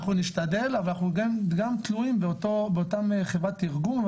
אנחנו נשתדל אבל אנחנו גם תלויים באותם חברות תרגום,